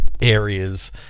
areas